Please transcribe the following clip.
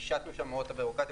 פישטנו שם מאוד את הבירוקרטיה,